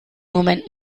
moment